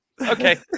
Okay